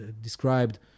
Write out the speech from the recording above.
described